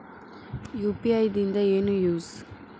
UPI ದಿಂದ ಏನು use?